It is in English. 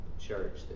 Church